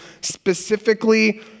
specifically